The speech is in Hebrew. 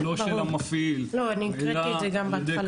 הוא לא של המפעיל --- אני הקראתי את זה גם בהתחלה.